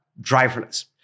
driverless